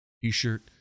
t-shirt